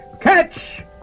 Catch